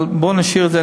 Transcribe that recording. אבל בואו נשאיר את זה.